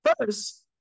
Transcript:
First